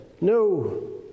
No